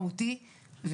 מהותי,